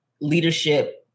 leadership